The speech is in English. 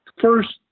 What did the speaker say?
first